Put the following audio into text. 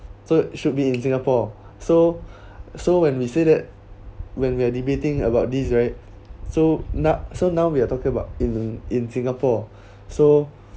third should be in singapore so so when we say that when we are debating about this right so now so now we are talking about in in singapore so